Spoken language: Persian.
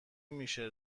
میشه